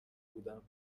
بودم